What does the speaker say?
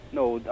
No